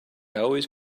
always